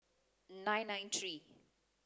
nine nine three